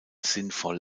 sinnvoll